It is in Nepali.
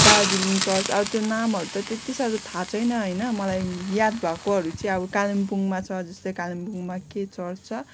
दार्जिलिङ चर्च अब त्यो नामहरू त त्यति साह्रो थाहा छैन होइन मलाई याद भएकोहरू चाहिँ अब कालिम्पोङमा छ जस्तै कालिम्पोङमा के चर्च छ